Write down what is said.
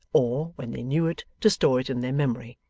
or, when they knew it, to store it in their memory.